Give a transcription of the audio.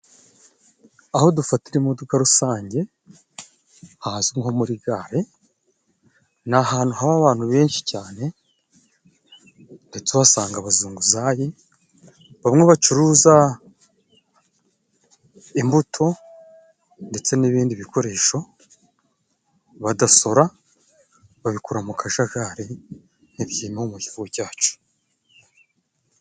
Aho dufatira imodoka rusange hazwi nko muri gare ni ahantu haba abantu benshi cyane ndetse basanga abazunguzayi bamwe bacuruza imbuto ndetse n'ibindi bikoresho badasora, babikura mu kajagari ntibyemewe mu gihugu cyacu.